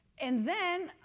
and then,